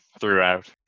throughout